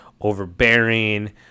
overbearing